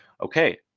okay